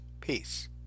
Peace